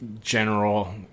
general